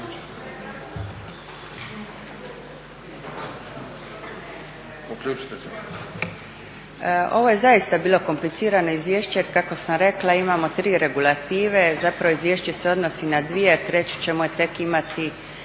Ovo je zaista bilo komplicirano izvješće jer kako sam rekla imamo tri regulative, zapravo izvješće se odnosi na dvije jer treći ćemo tek imati